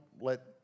let